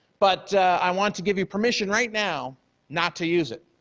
but i want to give you permission right now not to use it.